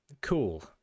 cool